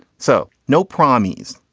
so no promises.